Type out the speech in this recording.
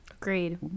Agreed